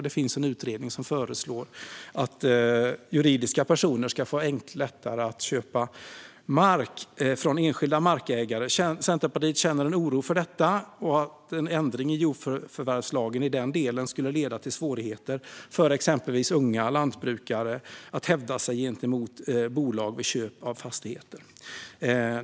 Det finns en utredning som föreslår att det ska bli lättare för juridiska personer att köpa mark av enskilda markägare. Centerpartiet känner en oro för detta och att en ändring i jordförvärvslagen i denna del kan leda till svårigheter för exempelvis unga lantbrukare att hävda sig gentemot bolag vid köp av fastigheter.